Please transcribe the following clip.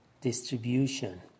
distribution